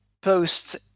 post